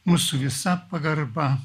mūsų visa pagarba